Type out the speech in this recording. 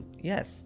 yes